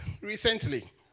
Recently